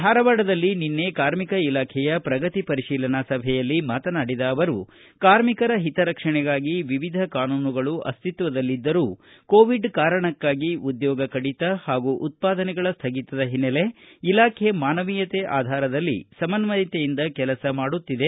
ಧಾರವಾಡದಲ್ಲಿ ನಿನ್ನೆ ಕಾರ್ಮಿಕ ಇಲಾಖೆಯ ಪ್ರಗತಿ ಪರಿತೀಲನಾ ಸಭೆಯಲ್ಲಿ ಮಾತನಾಡಿದ ಅವರು ಕಾರ್ಮಿಕರ ಹಿತ ರಕ್ಷಣೆಗಾಗಿ ವಿವಿಧ ಕಾನೂನುಗಳು ಅಸ್ತಿತ್ವದಲ್ಲಿದ್ದರೂ ಕೊವಿಡ್ ಕಾರಣಕ್ಕಾಗಿ ಉದ್ಯೋಗ ಕಡಿತ ಹಾಗೂ ಉತ್ತಾದನೆಗಳ ಸ್ನಗಿತದ ಹಿನ್ನೆಲೆ ಇಲಾಖೆ ಮಾನವೀಯತೆ ಆಧಾರದಲ್ಲಿ ಸಮನ್ನಯತೆಯಿಂದ ಕೆಲಸ ಮಾಡುತ್ತಿದೆ